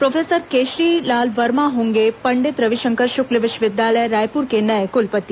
professor Keshari Lal Verma होंगे पंडित रविशंकर शुक्ल विश्वविद्यालय रायपूर के नए कलपति